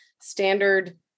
standard